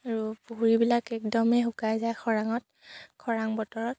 আৰু পুখুৰীবিলাক একদমেই শুকাই যায় খৰাঙত খৰাং বতৰত